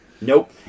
Nope